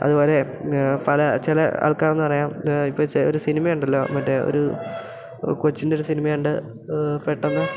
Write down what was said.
അതുപോലെ പല ചില ആൾക്കാർ എന്നു പറയാം ഇപ്പോൾ ഒരു സിനിമയുണ്ടല്ലോ മറ്റേ ഒരു കൊച്ചിൻ്റെയൊരു സിനിമയുണ്ട് പെട്ടെന്ന്